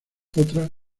otra